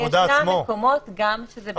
וישנם מקומות עבודה גם שזה בתוך מקום העבודה.